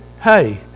hey